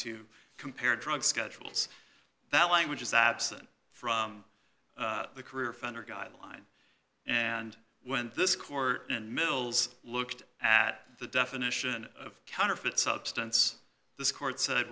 to compare drug schedules that language is absent from the career offender guideline and when this court and mills looked at the definition of counterfeit substance this court said